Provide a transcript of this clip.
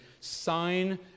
sign